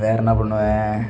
வேற என்ன பண்ணுவேன்